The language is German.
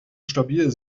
stabil